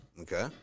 Okay